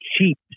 cheap